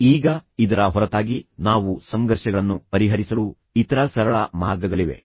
ಈಗ ಇದರ ಹೊರತಾಗಿ ನಾವು ಸಂಘರ್ಷಗಳನ್ನು ಪರಿಹರಿಸಲು ಇತರ ಸರಳ ಮಾರ್ಗಗಳಿವೆ